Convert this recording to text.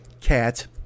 cat